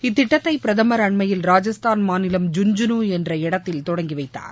இத்திட்டத்தை பிரதமர் அண்மையில் ராஜஸ்தான் மாநிலம் ஜுன்ஜுனு என்ற இடத்தில் தொடங்கி வைத்தார்